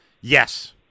Yes